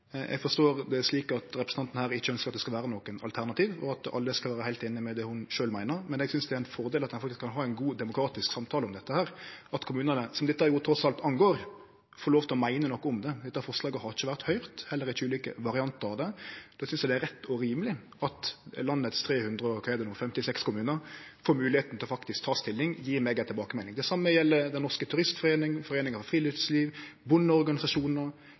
Eg forstår det slik at representanten ikkje ønskjer at det skal vere nokon alternativ, og at alle skal vere heilt einige i det ho sjølv meiner. Men eg synest det er ein fordel at ein kan ha ein god demokratisk samtale om dette, og at kommunane som dette trass alt vedkjem, får lov til å meine noko om det. Dette forslaget har ikkje vore høyrt, heller ikkje ulike variantar av det. Då synest eg det er rett og rimeleg at landets 356 kommunar får moglegheit til å ta stilling og gje meg ei tilbakemelding. Det same gjeld Den Norske Turistforening, foreininga Norsk Friluftsliv, bondeorganisasjonar,